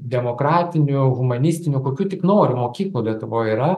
demokratinių humanistinių kokių tik nori mokyklų lietuvoj yra